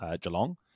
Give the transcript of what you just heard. Geelong